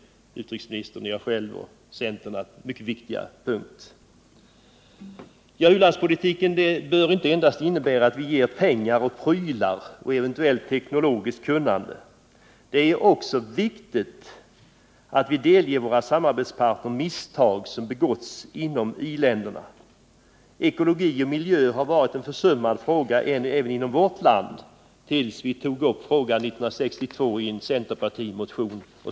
U-landspolitiken bör inte endast innebära att vi ger pengar och prylar samt eventuellt teknologiskt kunnande. Det är också viktigt att vi delger våra samarbetspartner misstag som begåtts inom i-länderna. Ekologi och miljö var en försummad fråga även i vårt land, tills vi tog upp frågan 1962 i en centermotion.